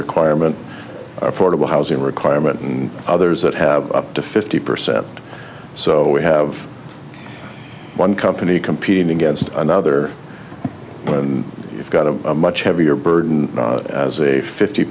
requirement affordable housing requirement and others that have up to fifty percent so we have one company competing against another but it's got a much heavier burden as a fifty